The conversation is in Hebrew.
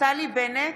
נפתלי בנט,